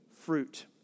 fruit